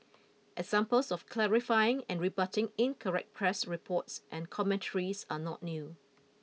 examples of clarifying and rebutting incorrect press reports and commentaries are not new